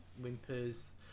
Whimpers